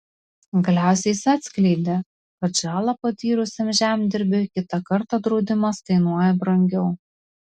galiausiai jis atskleidė kad žalą patyrusiam žemdirbiui kitą kartą draudimas kainuoja brangiau